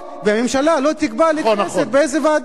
והממשלה לא תקבע לכנסת באיזו ועדה תידון הצעת החוק.